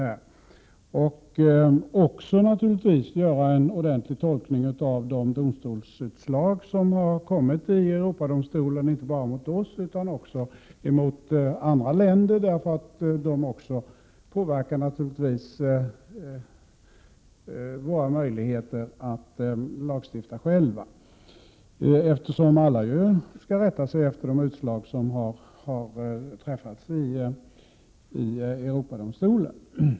Man borde naturligtvis också göra en ordentlig tolkning av de domstolsutslag som har fällts i Europadomstolen mot inte bara oss utan också mot andra länder, eftersom även dessa beslut påverkar våra egna möjligheter att lagstifta — alla länder skall ju rätta sig efter de domar som har fällts i Europadomstolen.